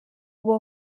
uba